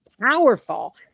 powerful